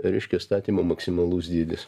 reiškia statymo maksimalus dydis